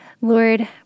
Lord